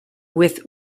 with